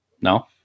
No